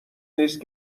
نیست